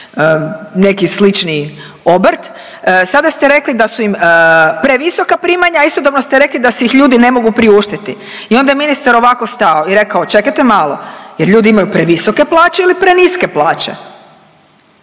neki slični obrt sada ste rekli da su im previsoka primanja, a istodobno ste rekli da si ih ljudi ne mogu priuštiti i onda je ministar ovako stao i rekao čekajte malo! Jel' ljudi imaju previsoke plaće ili preniske plaće?